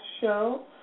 show